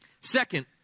Second